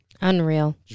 Unreal